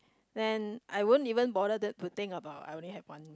then I wouldn't even bother that to think about I only have one